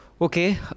Okay